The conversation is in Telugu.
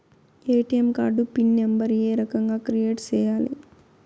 ఎ.టి.ఎం కార్డు పిన్ నెంబర్ ఏ రకంగా క్రియేట్ సేయాలి